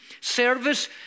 service